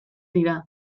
dira